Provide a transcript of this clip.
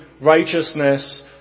righteousness